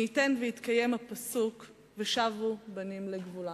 מי ייתן ויתקיים הפסוק "ושבו בנים לגבולם".